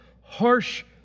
harsh